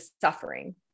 suffering